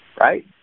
right